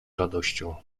radością